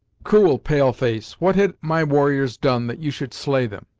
cruel pale-face, what had my warriors done that you should slay them!